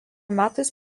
metais